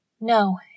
No